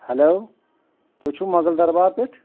hello تُہۍ چھُو مۄغل دربار پیٚٹھ